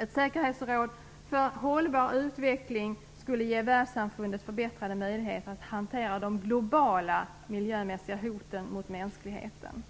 Ett säkerhetsråd för hållbar utveckling skulle ge världssamfundet förbättrade möjligheter att hantera de globala miljömässiga hoten mot mänskligheten.